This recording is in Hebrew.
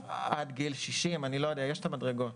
עד גיל 60. אני לא יודע, יש את המדרגות.